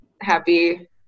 happy